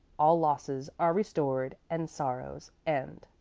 all losses are restored and sorrows end